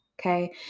Okay